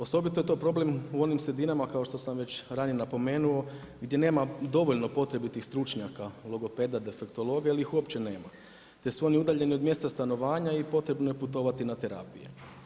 Osobito je to problem u onim sredinama kao što sam već ranije napomenuo gdje nema dovoljno potrebitih stručnjaka logopeda, defektologa ili ih uopće nema jer su oni udaljeni od mjesta stanovanja i potrebno je putovati na terapije.